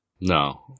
No